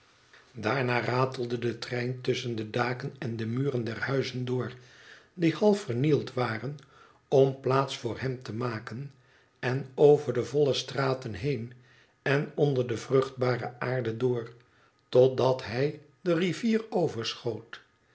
daarna ratelde de trein tusschen de daken en de muren der huizen door die half vernield waren om plaats voor hem te maken en over de volle straten heen en onder de vruchtbare aarde door totdat hij de rivier overschoot